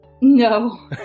no